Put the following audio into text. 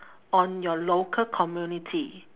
on your local community